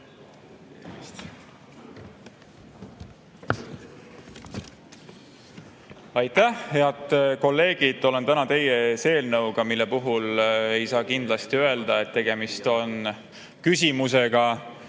Aitäh, head kolleegid! Olen täna teie ees eelnõuga, mille puhul ei saa kindlasti öelda, et tegemist on küsimusega,